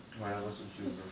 whatever suits you bro